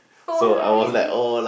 oh really